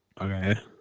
Okay